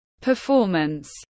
performance